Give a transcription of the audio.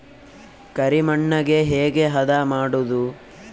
ಕರಿ ಮಣ್ಣಗೆ ಹೇಗೆ ಹದಾ ಮಾಡುದು?